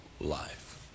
life